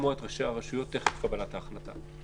לשמוע את ראשי הרשויות טרם קבלת ההחלטה.